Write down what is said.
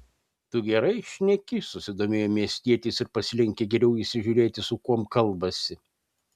tu gerai šneki susidomėjo miestietis ir pasilenkė geriau įsižiūrėti su kuom kalbasi